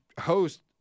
host